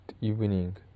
evening